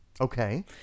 Okay